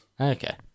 Okay